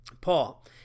Paul